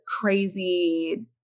crazy